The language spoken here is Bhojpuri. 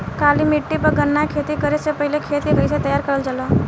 काली मिट्टी पर गन्ना के खेती करे से पहले खेत के कइसे तैयार करल जाला?